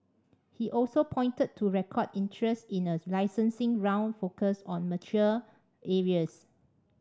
he also pointed to record interest in a licensing round focused on mature areas